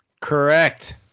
Correct